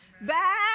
Back